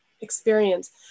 experience